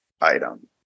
item